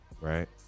right